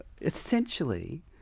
essentially